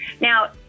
Now